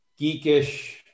geekish